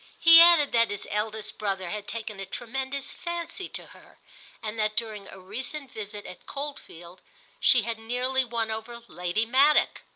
he added that his eldest brother had taken a tremendous fancy to her and that during a recent visit at coldfield she had nearly won over lady maddock.